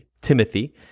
Timothy